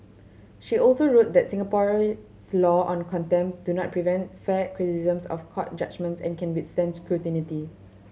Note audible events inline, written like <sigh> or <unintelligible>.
she also wrote that Singapore's law on contempt do not prevent fair criticisms of court judgement <unintelligible> and can withstand scrutiny